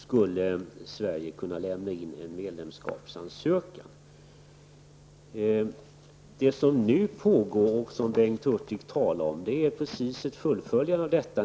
Det som Bengt Hurtig talade om och den analys som nu pågår är precis ett fullföljande av detta.